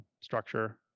structure